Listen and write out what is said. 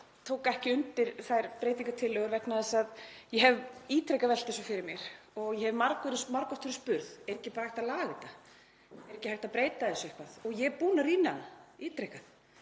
Ég tók ekki undir þær breytingartillögur vegna þess að ég hef ítrekað velt þessu fyrir mér. Ég hef margoft verið spurð: Er ekki bara hægt að laga þetta, er ekki hægt að breyta þessu eitthvað? Ég er búin að rýna það ítrekað.